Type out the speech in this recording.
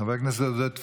חבר הכנסת עודד פורר.